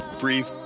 Breathe